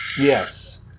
Yes